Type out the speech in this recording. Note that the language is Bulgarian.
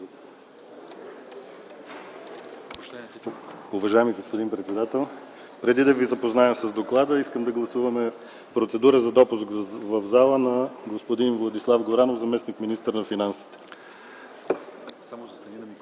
Уважаеми господин председател! Преди да ви запозная с доклада, искам да гласуваме процедура за допуск в зала на господин Владислав Горанов – заместник-министър на финансите.